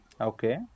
Okay